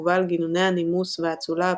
ובעל גינוני הנימוס והאצולה הפרוסיים,